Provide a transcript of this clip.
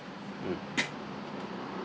mm